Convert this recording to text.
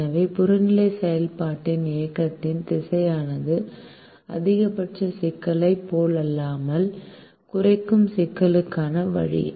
எனவே புறநிலை செயல்பாட்டின் இயக்கத்தின் திசையானது அதிகபட்ச சிக்கலைப் போலல்லாமல் குறைக்கும் சிக்கலுக்கான வழி